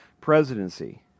presidency